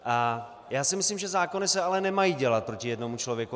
A já si myslím, že zákony se ale nemají dělat proti jednomu člověku.